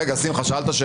רגע, שמחה, שאלת שאלה.